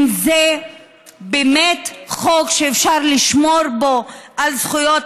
אם זה באמת חוק שאפשר לשמור בו על זכויות